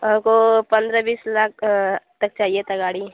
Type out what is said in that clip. हमको पन्द्रह बीस लाख तक चाहिए था गाड़ी